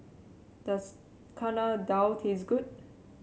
does Chana Dal taste good